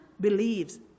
believes